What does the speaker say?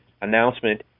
announcement